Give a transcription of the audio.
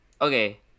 Okay